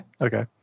okay